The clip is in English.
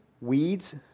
weeds